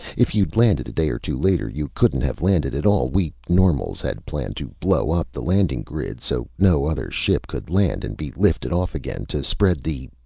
if you'd landed a day or two later, you couldn't have landed at all. we normals had planned to blow up the landing grid so no other ship could land and be lifted off again to spread the.